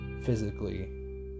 Physically